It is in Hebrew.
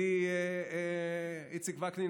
ידידי איציק וקנין,